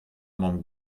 mamm